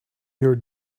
your